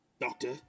Doctor